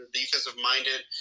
defensive-minded